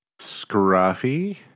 Scruffy